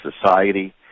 society